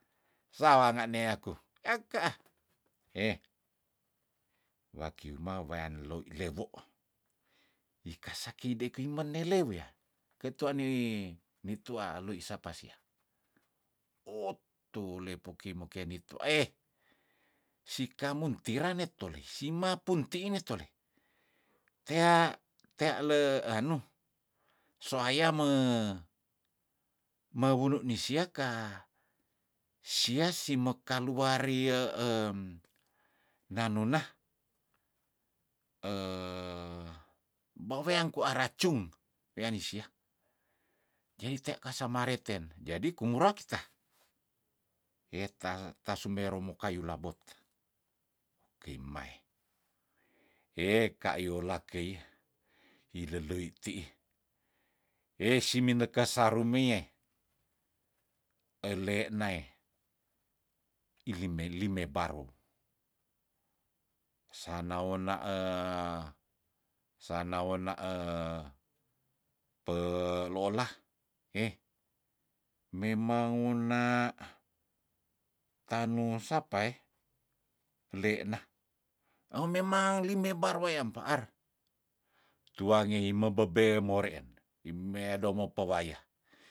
Sawanga neaku akaah heh wakiuma wean loi lewo ikasaki dei keimenele wuya kei tuan ni ni tua loi sapa sia ohtole puki moke nitu eh sika muntera netolisi mapuntiih ne toleh tea- teale anu soayam mewunu nisia ka sia sime kaluarie em nanuna beweang kuara cung weanisia jadi te kasa mareten jadi kumurah kita ehta- tasumero mokai yulabot pukimai, eh ka yola keih hilelei tiih eh simenekes sarumeiyeh ele nae ilime- lime barung, sana ona pe lola heh memang ona tano sapa e lena omemang lime barwayam faar tuange hime bebe moreen himea domopo waya